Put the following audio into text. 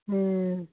ਹਮ